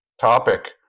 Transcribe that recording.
topic